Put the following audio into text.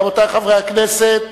רבותי חברי הכנסת,